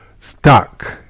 stuck